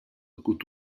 côte